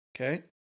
okay